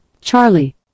Charlie